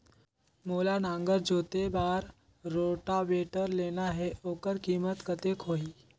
मोला नागर जोते बार रोटावेटर लेना हे ओकर कीमत कतेक होही?